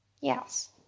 Yes